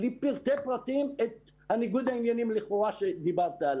לפרטי פרטים את ניגוד העניינים לכאורה עליו דיברת.